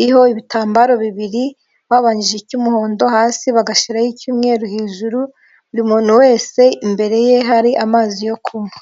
iriho ibitambaro bibiri babanjije icy'umuhondo hasi bagashiraho icy'umweru hejuru, buri muntu wese imbere ye hari amazi yo kunywa.